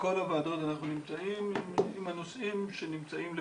בכל הוועדות אנחנו נמצאים עם הנושאים שנמצאים לפתחינו,